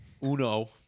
Uno